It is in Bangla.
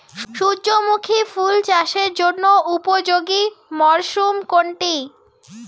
সূর্যমুখী ফুল চাষের জন্য উপযোগী মরসুম কোনটি?